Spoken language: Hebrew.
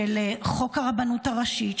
חוק הרבנות הראשית,